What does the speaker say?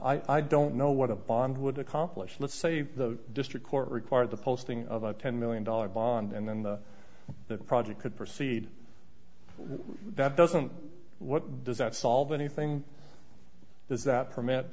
i don't know what a bond would accomplish let's say the district court required the posting of a ten million dollars bond and then the project could proceed that doesn't what does that solve anything does that